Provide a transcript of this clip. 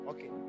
Okay